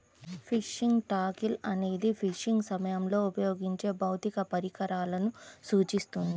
fishing tackle అనేది fishing సమయంలో ఉపయోగించే భౌతిక పరికరాలను సూచిస్తుంది